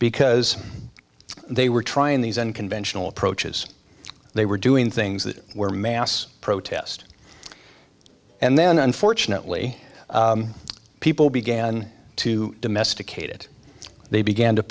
because they were trying these and conventional approaches they were doing things that were mass protest and then unfortunately people began to domesticate it they began to